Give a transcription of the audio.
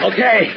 Okay